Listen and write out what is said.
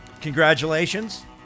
congratulations